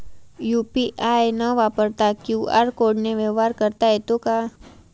UPI न वापरता QR कोडने व्यवहार करता येतो का?